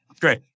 Great